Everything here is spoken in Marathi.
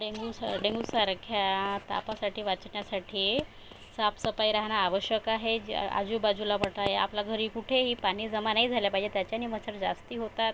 डेंग्यू सा डेंग्यूसारख्या तापासाठी वाचण्यासाठी साफसफाई राहणं आवश्यक आहे जे आजूबाजूला व ठाय आपल्या घरी कुठेही पाणी जमा नाही झालं पाहिजे त्याच्याने मच्छर जास्ती होतात